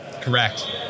Correct